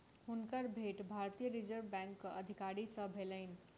हुनकर भेंट भारतीय रिज़र्व बैंकक अधिकारी सॅ भेलैन